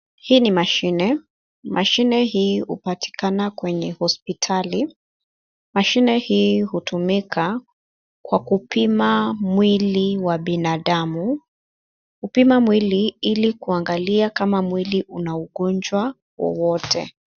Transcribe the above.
Hii ni mashine. Mashine hii hupatikana kwenye hospitali. Mashine hii hutumika kwa kupima mwili wa binadamu. Hupima mwili ili kuangalia kama mwili una ugonjwa wowote.